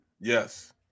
Yes